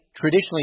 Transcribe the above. traditionally